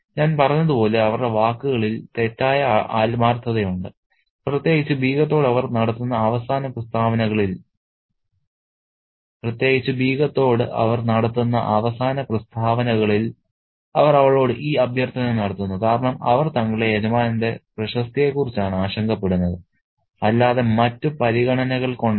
ഞാൻ പറഞ്ഞതുപോലെ അവരുടെ വാക്കുകളിൽ തെറ്റായ ആത്മാർത്ഥതയുണ്ട് പ്രത്യേകിച്ച് ബീഗത്തോട് അവർ നടത്തുന്ന അവസാന പ്രസ്താവനകളിൽ അവർ അവളോട് ഈ അഭ്യർത്ഥന നടത്തുന്നു കാരണം അവർ തങ്ങളുടെ യജമാനന്റെ പ്രശസ്തിയെക്കുറിച്ചാണ് ആശങ്കപ്പെടുന്നത് അല്ലാതെ മറ്റ് പരിഗണനകൾ കൊണ്ടല്ല